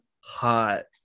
hot